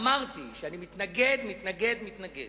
אמרתי שאני מתנגד, מתנגד, מתנגד.